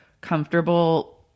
comfortable